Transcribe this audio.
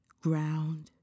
Ground